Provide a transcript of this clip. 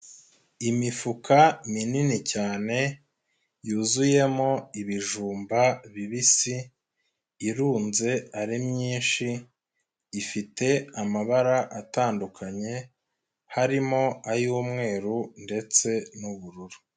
Imifuka minini cyane yuzuyemo ibijumba bibisi, irunze ari myinshi, ifite amabara atandukanye, harimo ay'umweru ndetse n'ubururu.